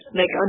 make